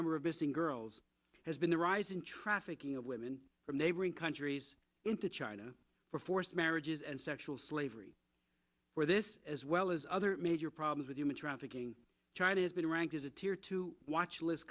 number of missing girls has been the rise and trafficking of women from neighboring countries into china for forced marriages and sexual slavery for this as well as other major problems with human trafficking china has been ranked as a tear to watch list